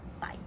Bye